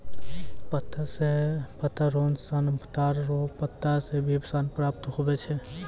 पत्ता रो सन ताड़ रो पत्ता से भी सन प्राप्त हुवै छै